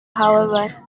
however